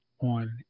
on